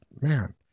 man